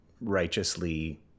righteously